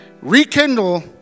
rekindle